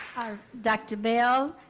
our dr. bell,